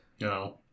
No